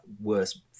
worse